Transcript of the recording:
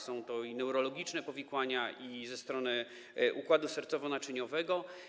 Są i neurologiczne powikłania, i ze strony układu sercowo-naczyniowego.